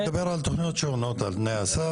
אני מדבר על תוכניות שעונות על תנאי הסף.